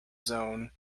zone